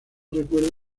recuerda